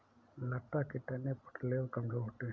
लता के तने पतले और कमजोर होते हैं